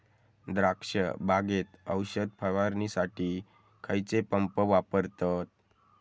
द्राक्ष बागेत औषध फवारणीसाठी खैयचो पंप वापरतत?